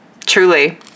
truly